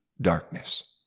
darkness